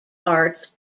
arts